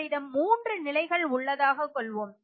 உங்களிடம் மூன்று நிலைகள் உள்ளதாக கொள்வோம்